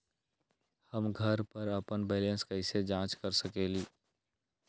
हम घर पर अपन बैलेंस कैसे जाँच कर सकेली?